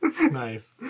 nice